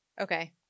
Okay